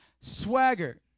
Swagger